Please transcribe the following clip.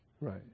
Right